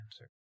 answer